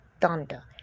thunder